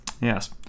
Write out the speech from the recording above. Yes